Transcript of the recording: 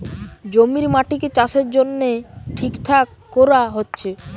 জমির মাটিকে চাষের জন্যে ঠিকঠাক কোরা হচ্ছে